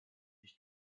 nicht